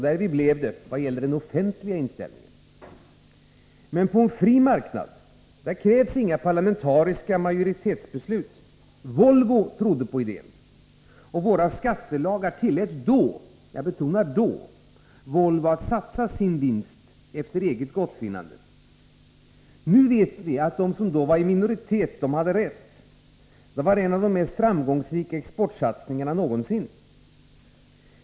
Därvid blev i det vad gällde den offentliga inställningen. Men på en fri marknad krävs inga parlamentariska majoritetsbeslut. Volvo trodde på idén, och våra skattelagar tillät då Volvo att satsa sin vinst efter eget gottfinnande. Nu vet vi att de som då var i minoritet hade rätt. Detta var en av de mest framgångsrika exportsatsningarna någonsin.